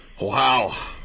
Wow